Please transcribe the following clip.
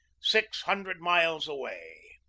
six hundred miles away.